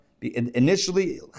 Initially